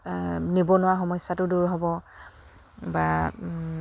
নিবনুৱা সমস্যাটো দূৰ হ'ব বা